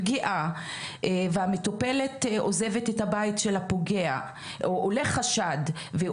כל פגיעה ובמקרה והמטפלת עוזבת את הבית של הפוגע או עולה חשד כל שהוא